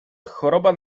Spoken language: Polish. choroba